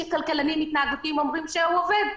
אומרים שהוא עובד.